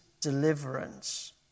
deliverance